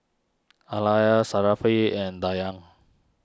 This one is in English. and Dayang